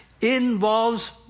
involves